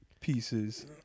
pieces